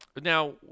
Now